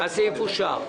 הצבעה הסעיף אושר.